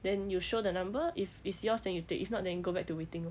then you show the number if it's yours then you take if not then go back to waiting lor